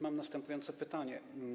Mam następujące pytanie.